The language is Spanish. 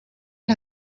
las